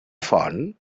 font